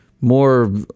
more